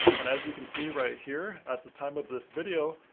and as you can see right here, at the time of this video,